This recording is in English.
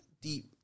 deep